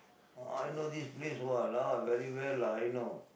oh I know this place !walao! very well lah I know